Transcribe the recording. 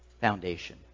foundation